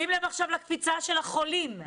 שים לב עכשיו לקפיצה במספר החולים,